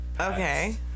okay